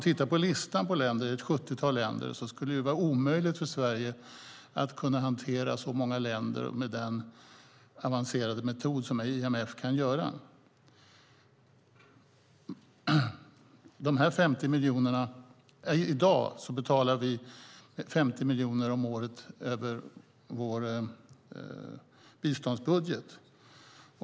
Det handlar om ett sjuttiotal länder, och det skulle vara omöjligt för Sverige att hantera så många länder med den avancerade metod som IMF gör det. I dag betalar vi 50 miljoner om året över vår biståndsbudget.